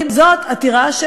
זאת עתירה,